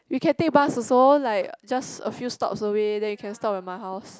we can take bus also like just a few stops away then you can stop at my house